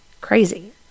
Crazy